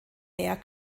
mehr